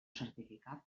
certificat